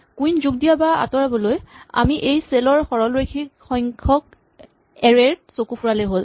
queen যোগ দিয়া বা আঁতৰাবলৈ আমি এই চেল ৰ সৰলৰৈখিক সংখ্যক এৰে ত চকু ফুৰালেই হ'ল